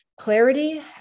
clarity